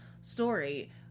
story